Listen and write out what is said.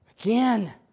Again